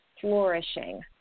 flourishing